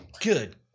Good